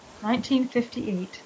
1958